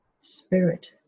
Spirit